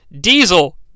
Diesel